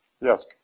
Yes